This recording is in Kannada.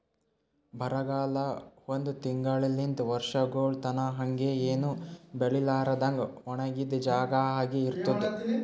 ಬರಗಾಲ ಒಂದ್ ತಿಂಗುಳಲಿಂತ್ ವರ್ಷಗೊಳ್ ತನಾ ಹಂಗೆ ಏನು ಬೆಳಿಲಾರದಂಗ್ ಒಣಗಿದ್ ಜಾಗಾ ಆಗಿ ಇರ್ತುದ್